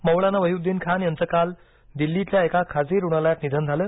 मौलाना वहीदुद्दीन खान यांचं काल दिल्लीतल्या एका खासगी रुग्णालयात निधन झालं